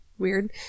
weird